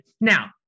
now